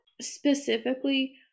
specifically